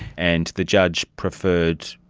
and the judge preferred,